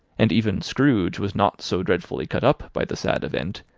and even scrooge was not so dreadfully cut up by the sad event,